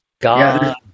God